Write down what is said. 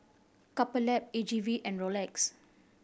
Couple Lab A G V and Rolex